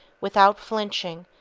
without flinching,